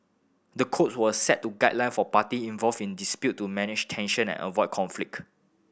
the code will set to guideline for party involve in dispute to manage tension and avoid conflict